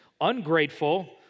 ungrateful